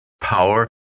power